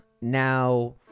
now